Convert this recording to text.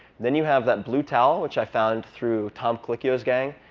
then you have that blue towel, which i found through tom colicchio's gang.